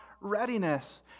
readiness